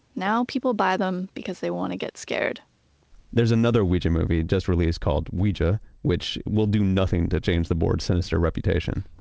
now people buy them because they want to get scared there's another ouija movie just released called ouija which will do nothing to change the board's sinister reputation